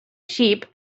sheep